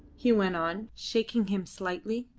he went on, shaking him slightly,